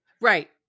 Right